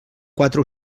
quatre